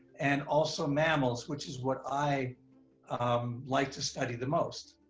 and also mammals, which is what i um like to study the most.